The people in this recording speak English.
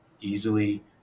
easily